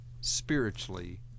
spiritually